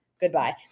goodbye